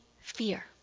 fear